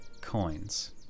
coins